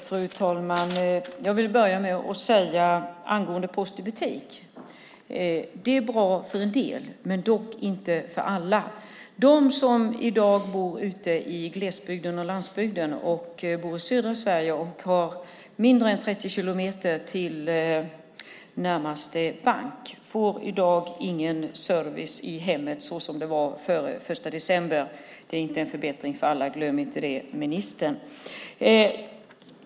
Fru talman! Jag vill börja med att säga angående post i butik att det är bra för en del men inte för alla. De som bor ute i glesbygden och landsbygden i södra Sverige och har mindre än 30 kilometer till närmaste bank får i dag ingen service i hemmet såsom det var före den 1 december. Det är inte en förbättring för alla. Glöm inte det, ministern!